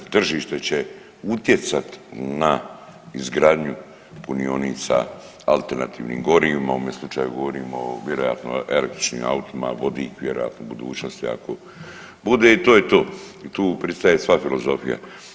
Tržište će utjecat na izgradnju punionica alternativnim gorivima u ovome slučaju govorimo vjerojatno o električnim autima, vodik vjerojatno budućnost i ako bude i to je to i tu pristaje sva filozofija.